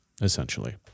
essentially